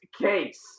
case